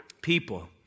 people